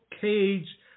Cage